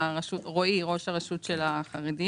רועי ראש הרשות של החרדים,